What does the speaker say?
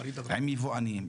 עם יבואנים,